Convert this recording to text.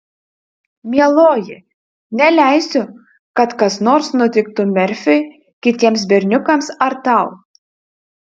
mieloji neleisiu kad kas nors nutiktų merfiui kitiems berniukams ar tau